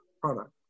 product